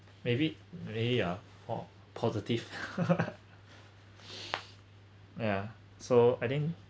maybe maybe ah oh positive ya so I think